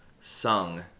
sung